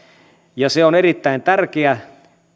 ja se on erittäin tärkeä